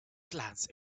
glance